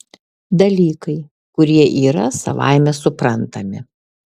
dalykai kurie yra savaime suprantami